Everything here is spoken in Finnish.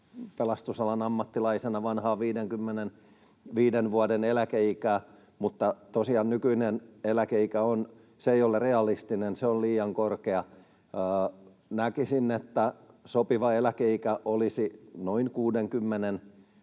pelastusalan ammattilaisena vanhaa 55 vuoden eläkeikää, mutta tosiaan nykyinen eläkeikä ei ole realistinen, se on liian korkea. Näkisin, että sopiva eläkeikä olisi noin 60